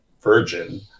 virgin